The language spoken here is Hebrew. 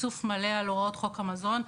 צפצוף מלא על הוראות חוק המזון.